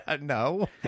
No